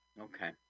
Okay